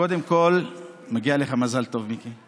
קודם כול מגיע לך מזל טוב, מיקי.